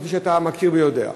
כפי שאתה מכיר ויודע,